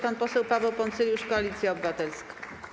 Pan poseł Paweł Poncyljusz, Koalicja Obywatelska.